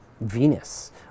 Venus